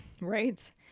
Right